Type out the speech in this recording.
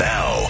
Now